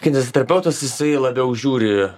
kineziterapeutas jisai labiau žiūri